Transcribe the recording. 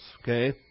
Okay